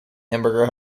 hamburger